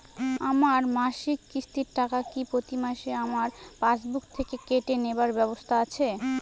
আমার মাসিক কিস্তির টাকা কি প্রতিমাসে আমার পাসবুক থেকে কেটে নেবার ব্যবস্থা আছে?